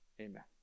Amen